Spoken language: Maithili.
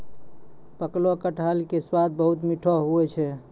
पकलो कटहर के स्वाद बहुत मीठो हुवै छै